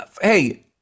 Hey